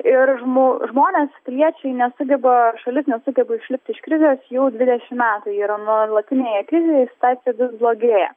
ir žmo žmonės piliečiai nesugeba šalis nesugeba išlipti iš krizės jau dvidešimt metų yra nuolatinėje krizėje ir situacija vis blogėja